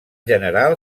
general